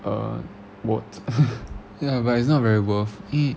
or what ya but it's not very worth it